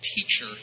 teacher